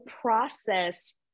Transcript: process